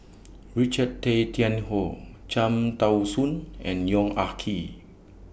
Richard Tay Tian Hoe Cham Tao Soon and Yong Ah Kee